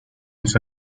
los